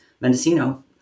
Mendocino